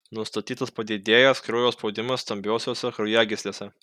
nustatytas padidėjęs kraujo spaudimas stambiosiose kraujagyslėse